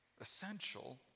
essential